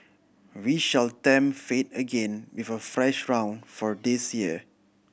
we shall tempt fate again with a fresh round for this year